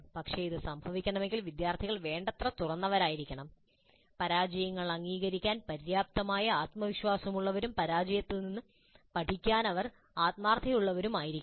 പക്ഷേ ഇത് സംഭവിക്കണമെങ്കിൽ വിദ്യാർത്ഥികൾ വേണ്ടത്ര തുറന്നവരായിരിക്കണം പരാജയങ്ങൾ അംഗീകരിക്കാൻ പര്യാപ്തമായ ആത്മവിശ്വാസമുള്ളവരും പരാജയത്തിൽ നിന്ന് പഠിക്കാൻ അവർ ആത്മാർത്ഥതയുള്ളവരുമായിരിക്കണം